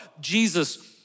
Jesus